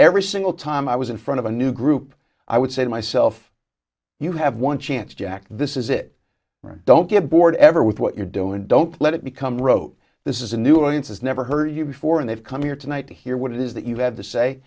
every single time i was in front of a new group i would say to myself you have one chance jack this is it don't get bored ever with what you're doing don't let it become wrote this is a new audience has never heard of you before and they've come here tonight to hear what it is that you have to say